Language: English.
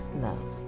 love